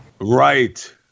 Right